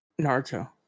Naruto